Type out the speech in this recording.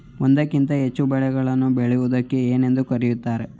ಒಂದಕ್ಕಿಂತ ಹೆಚ್ಚು ಬೆಳೆಗಳನ್ನು ಬೆಳೆಯುವುದಕ್ಕೆ ಏನೆಂದು ಕರೆಯುತ್ತಾರೆ?